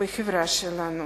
בחברה שלנו.